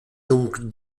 donc